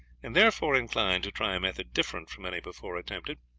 and therefore inclined to try a method different from any before attempted.